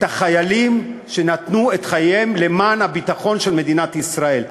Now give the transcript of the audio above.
זכר החיילים שנתנו את חייהם למען הביטחון של מדינת ישראל.